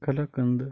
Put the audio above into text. kalakand